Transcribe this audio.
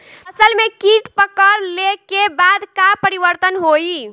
फसल में कीट पकड़ ले के बाद का परिवर्तन होई?